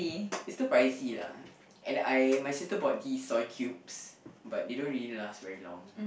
it's too pricey lah and I my sister bought tea soil cubes but they don't really last very long